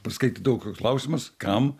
paskaitydavau koks klausimas kam